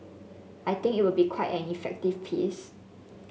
I think it will be quite an effective piece